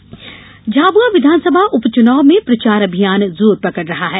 उपच्नाव झाब्आ विधानसभा उपच्नाव में प्रचार अभियान जोर पकड़ रहा है